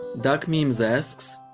duck memes asks,